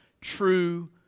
true